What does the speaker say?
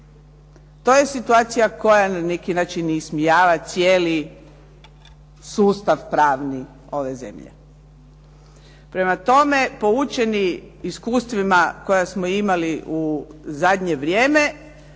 To je situacija koja na neki način ismijava cijeli sustav pravni ove zemlje. Prema tome, poučeni iskustvima koja smo imali u zadnje vrijeme